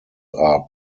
are